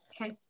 Okay